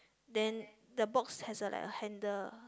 then the box has a like a handle